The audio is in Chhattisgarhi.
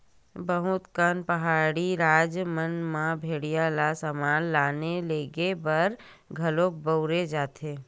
बहुत कन पहाड़ी राज मन म भेड़िया ल समान लाने लेगे बर घलो बउरे जाथे